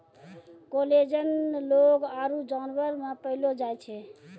collagen लोग आरु जानवर मे पैलो जाय छै